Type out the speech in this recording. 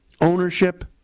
ownership